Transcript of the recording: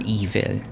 evil